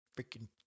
freaking